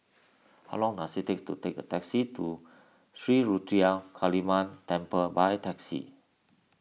how long does it take to take a taxi to Sri Ruthra Kaliamman Temple by taxi